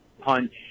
punch